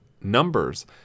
numbers